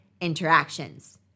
interactions